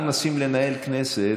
אנחנו מנסים לנהל כנסת